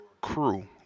crew